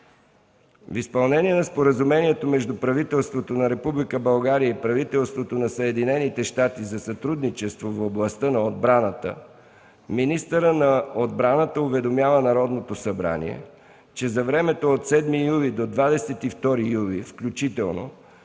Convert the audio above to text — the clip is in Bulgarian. В изпълнение на Споразумението между правителството на Република България и правителството на Съединените щати за сътрудничество в областта на отбраната, министърът на отбраната уведомява Народното събрание, че за времето от 7 до 22 юли включително